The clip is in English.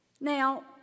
Now